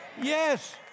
Yes